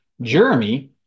Jeremy